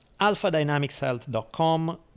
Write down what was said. alphadynamicshealth.com